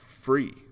free